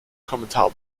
kommentar